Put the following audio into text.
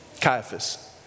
caiaphas